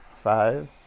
Five